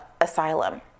asylum